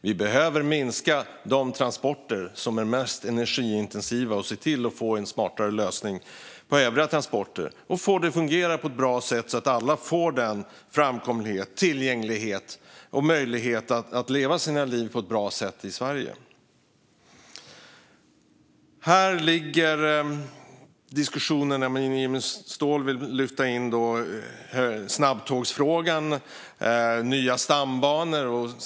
Vi behöver minska de transporter som är mest energiintensiva och se till att få en smartare lösning när det gäller övriga transporter och få det att fungera på ett bra sätt så att alla får framkomlighet, tillgänglighet och möjlighet att leva sina liv på ett bra sätt i Sverige. Jimmy Ståhl vill lyfta in snabbtågsfrågan och frågan om nya stambanor i diskussionen.